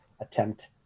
attempt